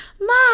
Mom